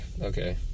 okay